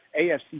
AFC